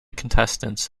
contestants